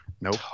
Nope